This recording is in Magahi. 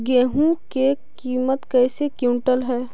गेहू के किमत कैसे क्विंटल है?